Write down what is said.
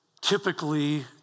Typically